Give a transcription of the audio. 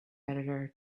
editor